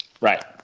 Right